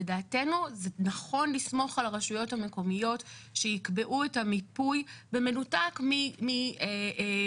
לדעתנו זה נכון לסמוך על הרשויות המקומיות שיקבעו את המיפוי במנותק מגודל